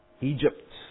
Egypt